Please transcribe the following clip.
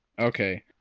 Okay